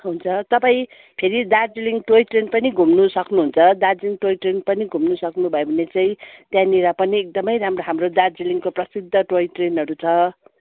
हुन्छ तपाईँ फेरि दार्जिलिङ टोय ट्रेन पनि घुम्नु सक्नु हुन्छ दार्जिलिङ टोय ट्रेन पनि घुम्न सक्नु भयो भने चाहिँ त्यहाँनेर पनि एकदमै राम्रो हाम्रो दार्जिलिङको प्रसिद्ध टोय ट्रेनहरू छ